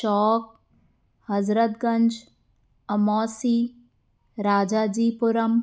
Chowk Hazratganj Amausi Rajaji Puram